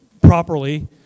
properly